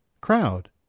crowd